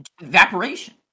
Evaporation